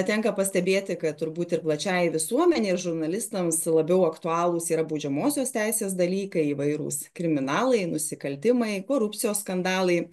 tenka pastebėti kad turbūt ir plačiajai visuomenei ir žurnalistams labiau aktualūs yra baudžiamosios teisės dalykai įvairūs kriminalai nusikaltimai korupcijos skandalai